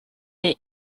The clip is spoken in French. est